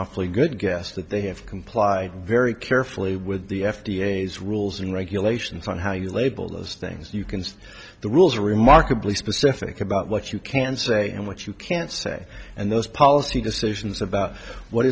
awfully good guess that they have complied very carefully with the f d a has rules and regulations on how you label those things you can see the rules are remarkably specific about what you can say and what you can't say and those policy decisions about what